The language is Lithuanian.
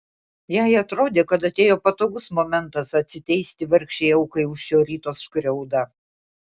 jai atrodė kad atėjo patogus momentas atsiteisti vargšei aukai už šio ryto skriaudą